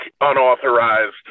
unauthorized